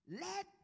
let